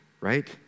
right